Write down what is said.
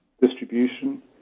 distribution